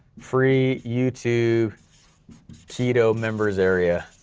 free youtube keto members area,